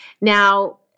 Now